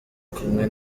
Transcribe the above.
kumwe